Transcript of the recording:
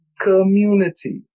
community